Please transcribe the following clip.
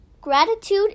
Gratitude